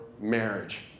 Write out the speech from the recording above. marriage